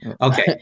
Okay